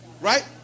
Right